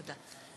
תודה.